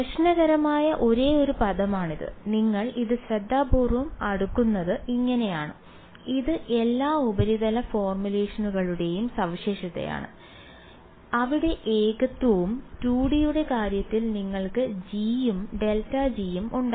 പ്രശ്നകരമായ ഒരേയൊരു പദമാണിത് നിങ്ങൾ ഇത് ശ്രദ്ധാപൂർവ്വം അടുക്കുന്നത് ഇങ്ങനെയാണ് ഇത് എല്ലാ ഉപരിതല ഫോർമുലേഷനുകളുടെയും സവിശേഷതയാണ് അവിടെ ഏകത്വവും 2D യുടെ കാര്യത്തിൽ നിങ്ങൾക്ക് g ഉം ∇g ഉം ഉണ്ടായിരുന്നു